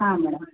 ಹಾಂ ಮೇಡಮ್